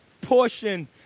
portion